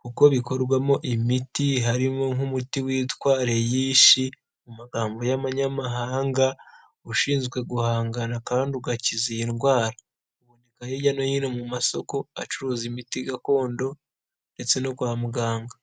kuko bikorwamo imiti harimo nk'umuti witwa leyishi mu ma y'abanyamahanga ushinzwe guhangana kandi ugakiza iyi ndwara, uboneka hirya no hino mu masoko acuruza imiti gakondo ndetse no kwa muganga